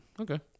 Okay